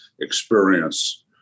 experience